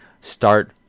start